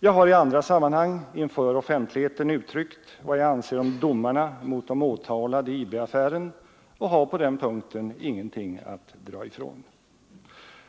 Jag har i andra sammanhang inför offentligheten uttryckt vad jag anser om domarna mot de åtalade i IB-affären och har på den punkten ingenting att dra ifrån.